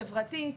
חברתית,